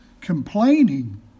complaining